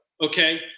Okay